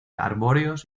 arbóreos